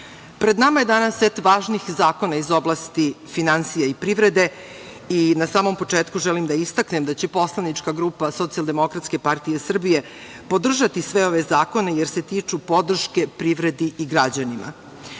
pred nama je danas set važnih zakona iz oblasti finansija i privrede. Na samom početku želim da istaknem da će poslanička grupa Socijaldemokratske partije Srbije podržati sve ove zakone jer se tiču podrške privredi i građanima.U